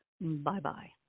Bye-bye